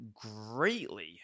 greatly